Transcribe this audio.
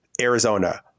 Arizona